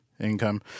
income